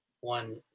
one